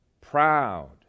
proud